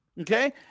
Okay